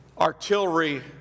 artillery